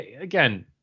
Again